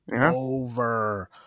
over